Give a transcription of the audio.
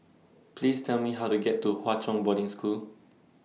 Please Tell Me How to get to Hwa Chong Boarding School